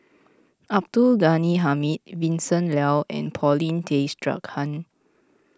Abdul Ghani Hamid Vincent Leow and Paulin Tay Straughan